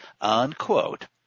unquote